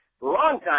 Longtime